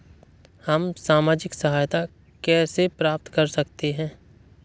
हम सामाजिक सहायता कैसे प्राप्त कर सकते हैं?